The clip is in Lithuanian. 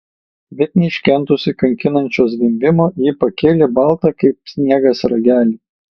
bet neiškentusi kankinančio zvimbimo ji pakėlė baltą kaip sniegas ragelį